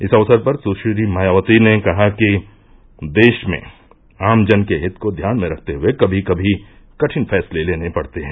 इस अवसर पर सुश्री मायावती ने कहा कि देश में आम जन के हित को ध्यान में रखते हुये कभी कभी कठिन फैसले लेने पड़ते हैं